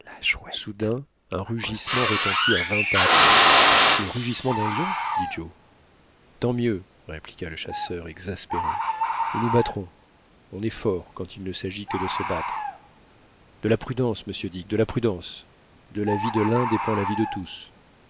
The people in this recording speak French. soudain un rugissement retentit à vingt pas d'eux le rugissement d'un lion dit joe tant mieux répliqua le chasseur exaspéré nous nous battrons on est fort quand il ne s'agit que de se battre de la prudence monsieur dick de la prudence de la vie de l'un dépend la vie de tous